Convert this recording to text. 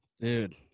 Dude